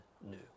new